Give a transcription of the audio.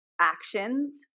actions